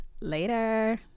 Later